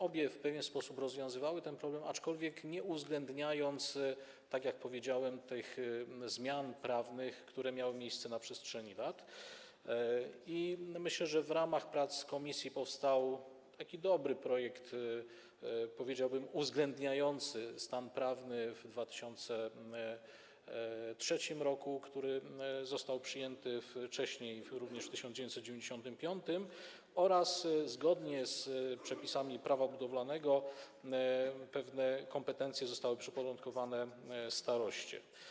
Obie w pewien sposób rozwiązywały ten problem, aczkolwiek nie uwzględniając, tak jak powiedziałem, tych zmian prawnych, które zaistniały na przestrzeni lat, i myślę, że w ramach prac komisji powstał dobry projekt, powiedziałbym, uwzględniający stan prawny z 2003 r., który został przyjęty wcześniej, również w 1995 r., oraz zgodnie z przepisami Prawa budowlanego pewne kompetencje zostały przyporządkowane staroście.